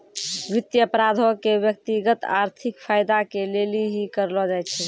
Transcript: वित्त अपराधो के व्यक्तिगत आर्थिक फायदा के लेली ही करलो जाय छै